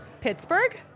Pittsburgh